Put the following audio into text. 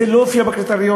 זה לא הופיע בקריטריונים,